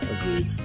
Agreed